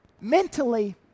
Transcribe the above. mentally